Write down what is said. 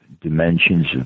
dimensions